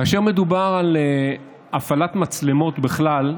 כאשר מדובר על הפעלת מצלמות בכלל,